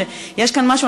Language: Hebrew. שיש כאן משהו,